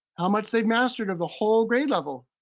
how much they've mastered of the whole grade level.